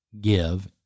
give